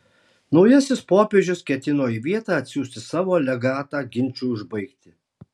naujasis popiežius ketino į vietą atsiųsti savo legatą ginčui užbaigti